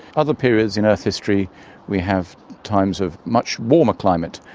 other periods in earth history we have times of much warmer climate,